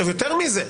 יותר מזה,